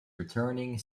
returning